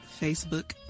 Facebook